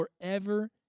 forever